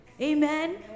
amen